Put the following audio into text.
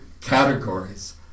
categories